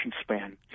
span